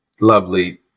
lovely